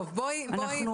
טוב, בואי נתקדם.